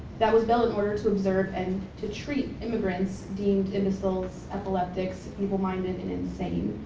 that was built in order to observe and to treat immigrants deemed imbeciles, epileptics, feeble minded, and insane.